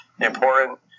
important